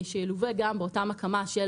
שילווה בהקמה של